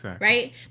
right